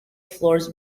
floors